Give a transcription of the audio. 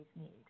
need